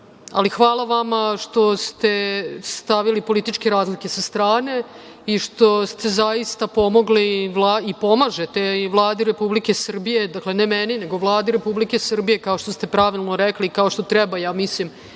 ljudima. Hvala vama što ste stavili političke razlike sa strane i što ste pomažete Vladi Republike Srbije, dakle, ne meni, nego Vladi Republike Srbije, kao što ste pravilno rekli, kao što treba, mislim,